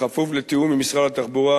בכפוף לתיאום עם משרד התחבורה,